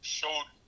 showed